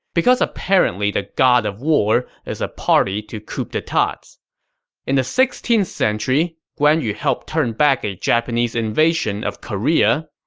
because apparently the god of war is a party to coup d'etats. in the sixteenth century, guan yu helped turn back a japanese invasion of korea.